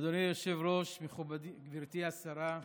אדוני היושב-ראש, גברתי השרה,